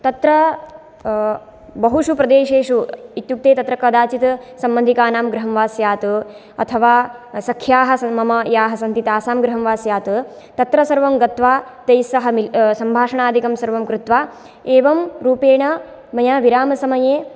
तत्र बहुषु प्रदेशेषु इत्युक्ते तत्र कदाचित् सम्बन्धिकानां गृहं वा स्यात् अथवा सख्याः मम याः सन्ति तासां गृहं वा स्यात् तत्र सर्वं गत्वा तैः सह मिलित् सम्भाषणाधिकं सर्वं कृत्वा एवं रूपेण मया विरामसमये